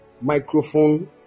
microphone